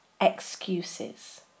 excuses